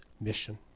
mission